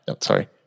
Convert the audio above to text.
sorry